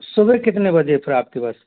सुबेह कितने बजे है फिर आपकी बस